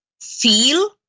feel